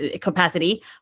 capacity